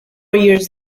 years